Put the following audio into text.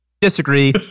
Disagree